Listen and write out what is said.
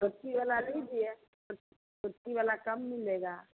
छोटकी वाला लीजिए छोटकी वला कम मिलेगा